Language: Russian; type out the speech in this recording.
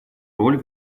роль